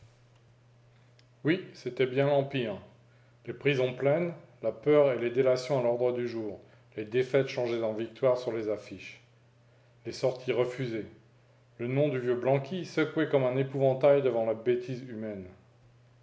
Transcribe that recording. oui c'était bien l'empire les prisons pleines la peur et les délations à l'ordre du jour les défaites changées en victoires sur les affiches les sorties refusées le nom du vieux blanqui secoué comme un épouvantail devant la bêtise humaine